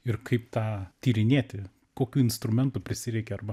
ir kaip tą tyrinėti kokių instrumentų prisireikė arba